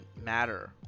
matter